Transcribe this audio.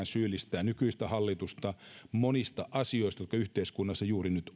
syyllistää nykyistä hallitusta monista asioista joita yhteiskunnassa juuri nyt